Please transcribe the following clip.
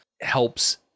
helps